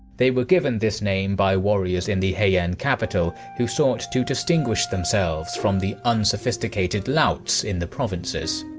they were given this name by warriors in the heian capital who sought to distinguish themselves from the unsophisticated louts in the provinces.